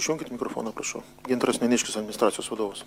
išjunkit mikrofoną prašau gintaras neniškis administracijos vadovas